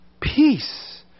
peace